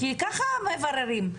כי ככה מבררים.